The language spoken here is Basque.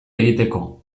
egiteko